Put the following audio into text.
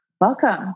welcome